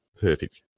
perfect